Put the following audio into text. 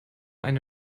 eine